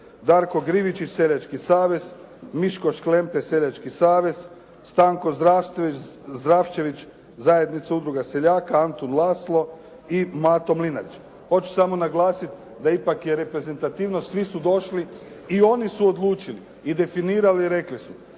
Darko Grivičić, Seljački savez. Miško Šklempe, Seljački savez. Stanko Zdravčević, Zajednica udruga seljaka. Antun Laslo i Mato Mlinarić. Hoću samo naglasiti da ipak je reprezentativno, svi su došli i oni su odlučili i definirali su